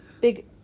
big